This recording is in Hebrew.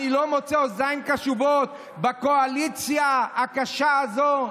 אני לא מוצא אוזניים קשובות בקואליציה הקשה הזאת?